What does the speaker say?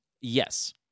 Yes